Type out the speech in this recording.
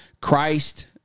Christ